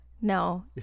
no